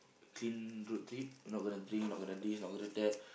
clean road trip not gonna drink not gonna this not gonna that